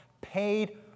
paid